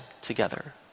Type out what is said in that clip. together